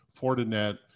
Fortinet